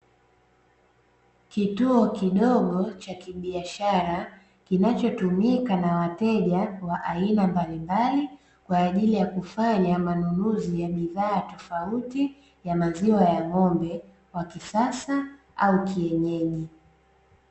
Kituo kidogo cha kibiashara kinachotumika na wateja wa aina mbalimbali, kwa ajili ya kufanya manunuzi ya bidhaa tofauti ya maziwa ya ng'ombe wa kisasa au kienyeji.